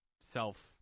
self